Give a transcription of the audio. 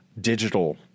digital